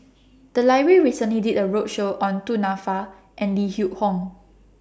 The Library recently did A roadshow on Du Nanfa and Lim Yew Hock